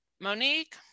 Monique